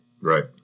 Right